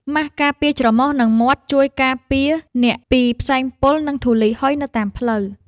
ម៉ាសការពារច្រមុះ និងមាត់ ជួយការពារអ្នកពីផ្សែងពុល និងធូលីហុយនៅតាមដងផ្លូវ។